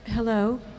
Hello